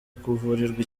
kuvurirwa